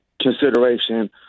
consideration